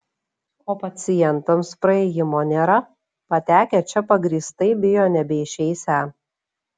o pacientams praėjimo nėra patekę čia pagrįstai bijo nebeišeisią